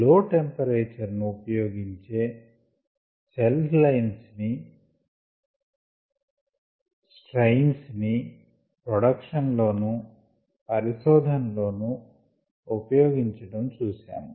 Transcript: లో టెంపరేచర్ ను ఉపయోగించి సెల్ లైన్స్ ని స్ట్రైన్స్ ని ప్రొడక్షన్ లోను పరిశోధనలలోను ఉపయోగించటం చూశాము